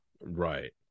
right